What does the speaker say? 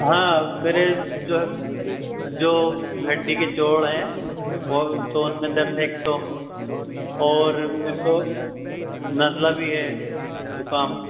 ہاں میرے جو ہے جو ہڈی کے جوڑ ہیں تو اُن میں درد ہے ایک تو اور میرے کو نزلہ بھی ہے زُکام